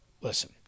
listen